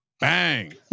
bang